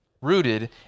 rooted